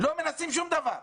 לא, אתם לא מנסים שום דבר.